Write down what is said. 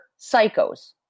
psychos